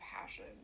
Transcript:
passion